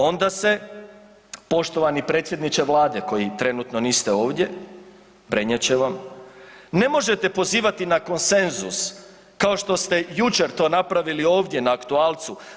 Onda se, poštovani predsjedniče vlade koji trenutno niste ovdje, prenijet će vam, ne možete pozivati na konsenzus kao što ste jučer to napravili ovdje na aktualcu.